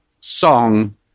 song